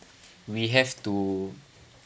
we have to